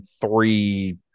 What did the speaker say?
three